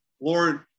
Lord